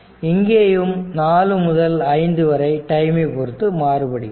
இங்கேயும் 4 முதல் 5 வரை டைமை பொருத்து மாறுபடுகிறது